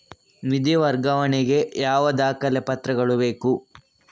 ನಿಧಿ ವರ್ಗಾವಣೆ ಗೆ ಯಾವ ಯಾವ ದಾಖಲೆ ಪತ್ರಗಳು ಬೇಕು?